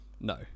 no